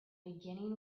beginning